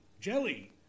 Jelly